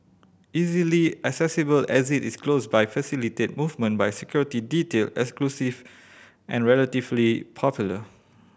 easily accessible exit is close by facilitate movement by security detail exclusive and relatively popular